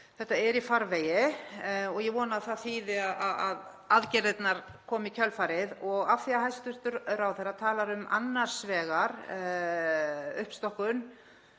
þetta er í farvegi og ég vona að það þýði að aðgerðirnar komi í kjölfarið. Af því að hæstv. ráðherra talar annars vegar um uppstokkun